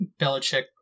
Belichick